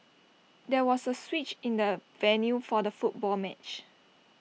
there was A switch in the venue for the football match